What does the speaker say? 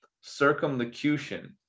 circumlocution